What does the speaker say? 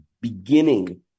beginning